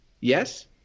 Yes